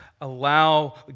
allow